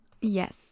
Yes